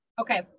okay